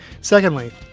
Secondly